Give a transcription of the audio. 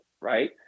right